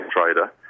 trader